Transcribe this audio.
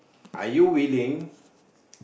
are you willing